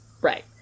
Right